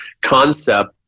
concept